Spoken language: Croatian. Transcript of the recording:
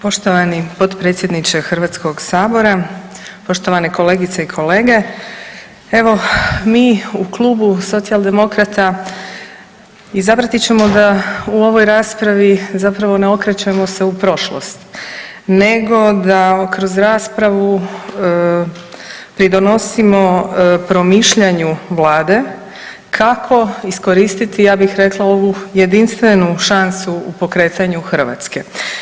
Poštovani potpredsjedniče Hrvatskog sabora, poštovane kolegice i kolege evo mi u klubu socijaldemokrata izabrati ćemo da u ovoj raspravi zapravo ne okrećemo se u prošlost, nego da kroz raspravu pridonosimo promišljanju Vlade kako iskoristiti ja bih rekla ovu jedinstvenu šansu u pokretanju Hrvatske.